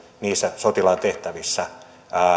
niissä sotilaan tehtävissä